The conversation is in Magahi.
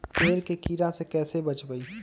पेड़ के कीड़ा से कैसे बचबई?